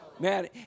Man